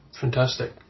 fantastic